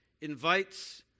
invites